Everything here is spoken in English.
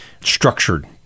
structured